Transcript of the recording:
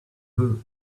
book